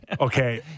Okay